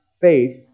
faith